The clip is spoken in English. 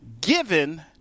given